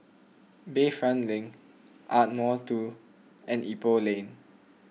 Bayfront Link Ardmore two and Ipoh Lane